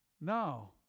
No